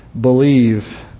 believe